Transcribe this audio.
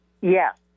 Yes